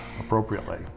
appropriately